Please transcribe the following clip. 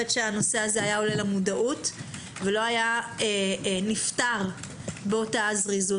שהנושא הזה היה עולה למודעות ולא היה נפתר באותה זריזות.